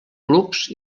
clubs